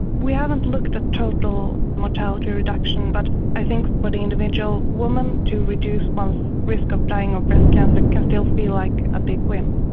we haven't looked at total mortality reduction but i think for the individual woman to reduce one's risk of dying of breast cancer it can still feel like a big win.